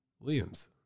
Williams